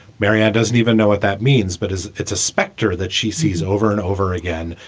maria doesn't even know what that means. but it's it's a spectre that she sees over and over again,